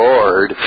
Lord